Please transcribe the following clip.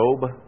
Job